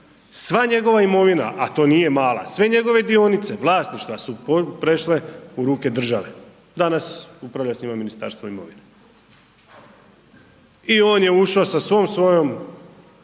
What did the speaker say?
Sva njegova imovina, a to nije mala, sve njegove dionice, vlasništva su prešle u ruke države. Danas upravlja s njima Ministarstvo imovine. I on je ušao sa svom svojim